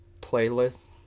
playlist